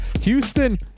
Houston